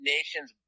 Nations